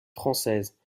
française